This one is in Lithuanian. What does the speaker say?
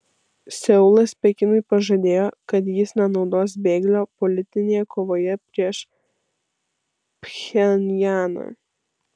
seulas pekinui pažadėjo kad jis nenaudos bėglio politinėje kovoje prieš pchenjaną